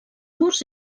murs